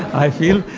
i feel.